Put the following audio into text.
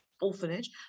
orphanage